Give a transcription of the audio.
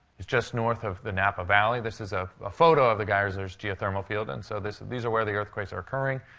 it's just north of the napa valley. this is a ah photo of the geysers geothermal field. and so these are where the earthquakes are occurring.